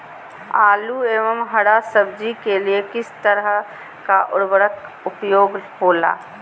आलू एवं हरा सब्जी के लिए किस तरह का उर्वरक का उपयोग होला?